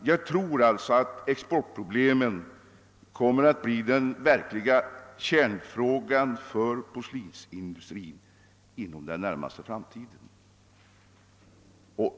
Jag tror alltså att exportproblemen kommer att bli den verkliga kärnfrågan: för porslinsindustrin inom den närmaste framtiden.